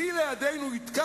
אולי אפשר לעשות פה קצת